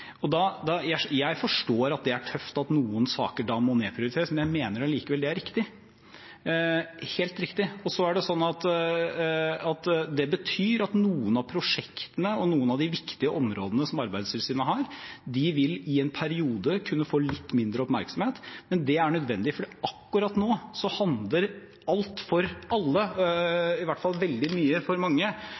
da noe å si. Jeg forstår at det er tøft at noen saker må nedprioriteres, men jeg mener likevel det er riktig – helt riktig. Det betyr at noen av prosjektene og de viktige områdene som Arbeidstilsynet har, i en periode vil kunne få litt mindre oppmerksomhet, men det er nødvendig, for akkurat nå handler alt for alle – eller i hvert fall veldig mye for mange